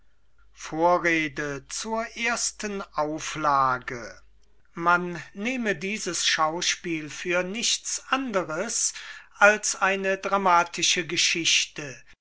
vorrede man nehme dieses schauspiel für nichts anderes als eine dramatische geschichte